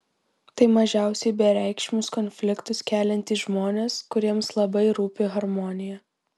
tai mažiausiai bereikšmius konfliktus keliantys žmonės kuriems labai rūpi harmonija